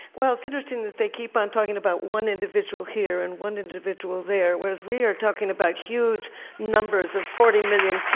well, it's interesting that they keep on talking about one individual here and one individual there, whereas we are talking about huge numbers of forty million